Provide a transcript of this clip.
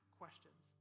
questions